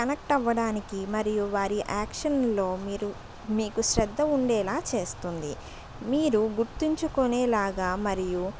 connect అవ్వడానికి మరియు వారి యాక్షన్లో మీరు మీకు శ్రద్ధ ఉండేలా చేస్తుంది మీరు గుర్తించుకునే లాగా మరియు